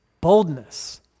boldness